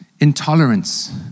intolerance